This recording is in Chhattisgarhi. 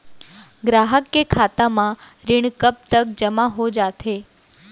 ग्राहक के खाता म ऋण कब तक जेमा हो जाथे?